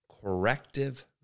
corrective